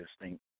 distinct